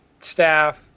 staff